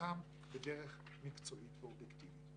פעולתם בדרך מקצועית ואובייקטיבית.